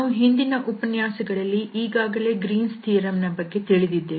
ನಾವು ಹಿಂದಿನ ಉಪನ್ಯಾಸಗಳಲ್ಲಿ ಈಗಾಗಲೇ ಗ್ರೀನ್ಸ್ ಥಿಯರಂ Green's Theoremನ ಬಗ್ಗೆ ತಿಳಿದಿದ್ದೇವೆ